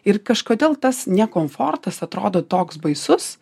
ir kažkodėl tas ne komfortas atrodo toks baisus